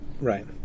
Right